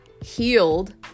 healed